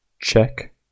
check